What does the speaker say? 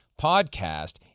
podcast